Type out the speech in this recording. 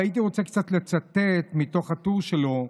והייתי רוצה קצת לצטט מתוך הטור שלו,